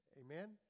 Amen